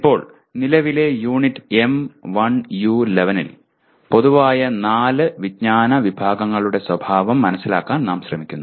ഇപ്പോൾ നിലവിലെ unit M1U11 ൽ പൊതുവായ നാല് വിജ്ഞാന വിഭാഗങ്ങളുടെ സ്വഭാവം മനസിലാക്കാൻ നാം ശ്രമിക്കുന്നു